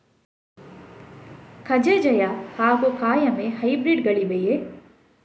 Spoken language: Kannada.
ಕಜೆ ಜಯ ಹಾಗೂ ಕಾಯಮೆ ಹೈಬ್ರಿಡ್ ಗಳಿವೆಯೇ?